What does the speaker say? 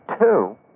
two